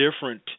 different